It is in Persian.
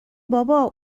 بابا